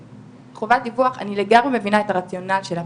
חובת דיווח אני לגמרי מבינה את הרציונל שלה,